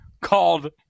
called